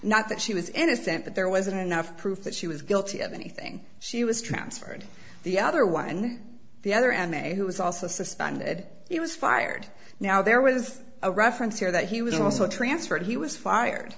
not that she was innocent but there wasn't enough proof that she was guilty of anything she was transferred the other one and the other and may who was also suspended he was fired now there was a reference here that he was also transferred he was fired